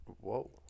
Whoa